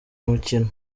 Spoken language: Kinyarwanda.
umukino